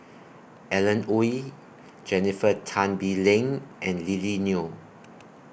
Alan Oei Jennifer Tan Bee Leng and Lily Neo